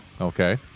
Okay